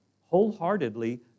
wholeheartedly